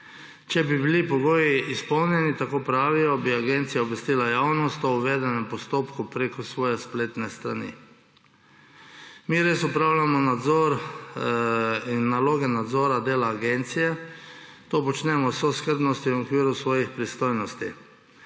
Če bi bili pogoji izpolnjeni, tako pravijo, bi agencija obvestila javnost o uvedenem postopku prek svoje spletne strani. Mi res opravljamo nadzor in naloge nadzora dela agencije, to počnemo z vso skrbnostjo in v okviru svojih pristojnosti.